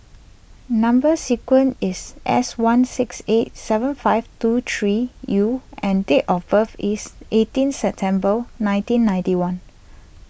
Number Sequence is S one six eight seven five two three U and date of birth is eighteen September nineteen ninety one